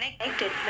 connected